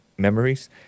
memories